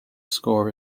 score